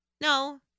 No